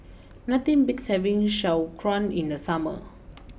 nothing beats having Sauerkraut in the summer